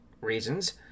reasons